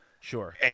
sure